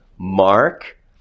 Mark